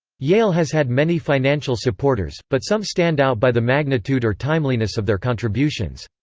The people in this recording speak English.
yale has had many financial supporters, but some stand out by the magnitude or timeliness of their contributions.